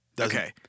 Okay